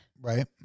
Right